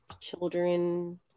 children